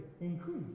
increase